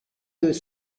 deux